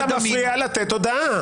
גלעד, אתה מפריע לתת הודעה.